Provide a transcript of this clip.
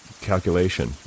calculation